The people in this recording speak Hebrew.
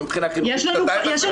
לא מבחינה --- יש לנו